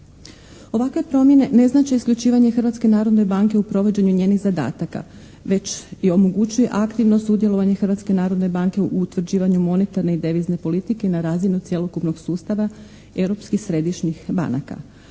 Ovakve promjene ne znače isključivanje Hrvatske narodne banke u provođenju njenih zadataka već i omogućuje aktivno sudjelovanje Hrvatske narodne banke u utvrđivanju monetarne i devizne politike na razinu cjelokupnog sustava europskih središnjih banaka